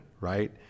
right